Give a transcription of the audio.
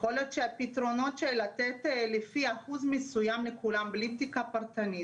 יכול להיות שהפתרונות לתת לפי אחוז מסוים לכולם בלי בדיקה פרטנית,